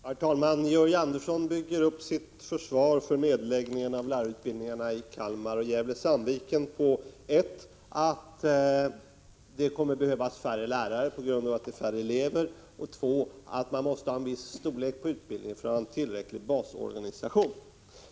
Herr talman! Georg Andersson bygger upp sitt försvar för nedläggningen av lärarutbildningarna i Kalmar och Gävle-Sandviken på 1. attdet kommer att behövas färre lärare, eftersom det blir färre elever och 2. att man måste ha en viss storlek på utbildningen för att ha en tillräcklig basorganisation.